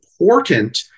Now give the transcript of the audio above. important